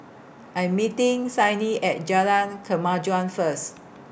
I'm meeting Sydni At Jalan Kemajuan First